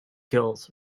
kills